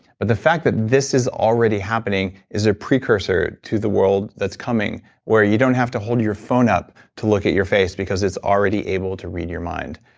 but the fact that this is already happening is a precursor to the world that's coming where you don't have to hold your phone up to look at your face because it's already able to read your mind.